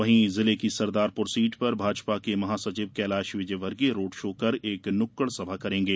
वहीं जिले की सरदारपुर सीट पर भाजपा के महासचिव कैलाश विजयवर्गीय रोड शो कर एक नुक्कड़ सभा करेंगे